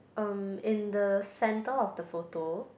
um in the center of the photo